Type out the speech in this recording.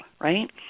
right